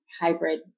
hybrid